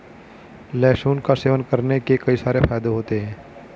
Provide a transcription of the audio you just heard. लहसुन का सेवन करने के कई सारे फायदे होते है